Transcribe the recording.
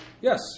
Yes